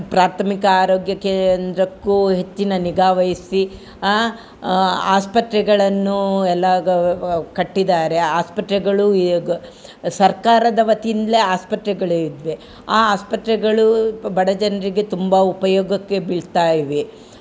ಪ್ರಾಥಮಿಕ ಆರೋಗ್ಯ ಕೇಂದ್ರಕ್ಕು ಹೆಚ್ಚಿನ ನಿಗಾ ವಹಿಸಿ ಆಸ್ಪತ್ರೆಗಳನ್ನು ಎಲ್ಲ ಕಟ್ಟಿದ್ದಾರೆ ಆಸ್ಪತ್ರೆಗಳು ಈಗ ಸರ್ಕಾರದವತಿಯಿಂದಲೆ ಆಸ್ಪತ್ರೆಗಳು ಇದೆ ಆ ಆಸ್ಪತ್ರೆಗಳು ಬಡ ಜನರಿಗೆ ತುಂಬ ಉಪಯೋಗಕ್ಕೆ ಬೀಳ್ತಾ ಇವೆ